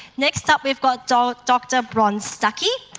next up we've got dr dr bron stuckey,